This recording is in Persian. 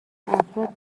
افراد